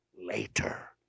later